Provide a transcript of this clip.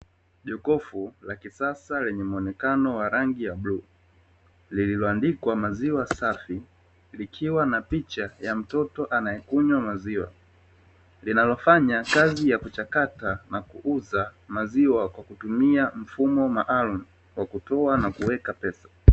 Jokofu la kisasa lenye muonekano wa rangi ya bluu, lililoandikwa "Maziwa Safi", likiwa na picha ya mtoto anayekunywa maziwa. Linalofanya kazi ya kuchakata na kuuza maziwa kwa kutumia mfumo maalumu wa kutoa na kuweka pesa.